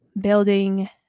building